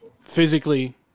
physically